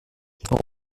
traum